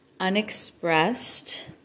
Unexpressed